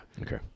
okay